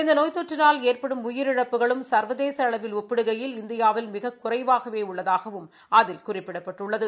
இந்த நோய் தொற்றினால் ஏற்படும் உயிரிழப்புகளும் சர்வதேச அளவில் ஒப்பிடுகையில் மிகக் குறைவாகவே உள்ளதாகவும் அதில் குறிப்பிடப்பட்டுள்ளது